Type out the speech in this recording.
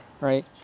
right